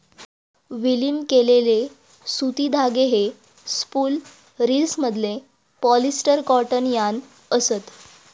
विलीन केलेले सुती धागे हे स्पूल रिल्समधले पॉलिस्टर कॉटन यार्न असत